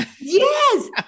Yes